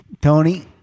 Tony